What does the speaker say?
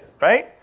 Right